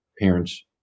parents